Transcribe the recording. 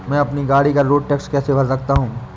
मैं अपनी गाड़ी का रोड टैक्स कैसे भर सकता हूँ?